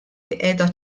qiegħda